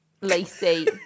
Lacey